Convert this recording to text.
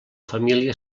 família